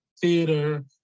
theater